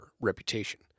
reputation